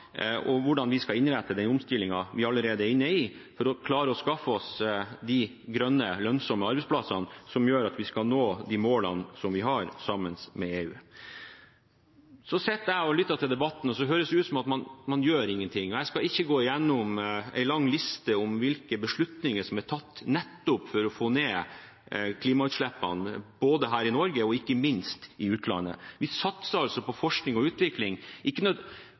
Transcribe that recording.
og hvordan vi skal innrette den omstillingen vi allerede er inne i, for å klare å skaffe oss de grønne, lønnsomme arbeidsplassene som gjør at vi når de målene som vi har, sammen med EU. Jeg sitter og lytter til debatten, og man får det til å høres ut som om man gjør ingenting. Jeg skal ikke gå igjennom en lang liste over hvilke beslutninger som er tatt for nettopp å få ned klimautslippene, både her i Norge og ikke minst i utlandet. Vi satser på forskning og utvikling,